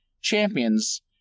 champions